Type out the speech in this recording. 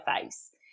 face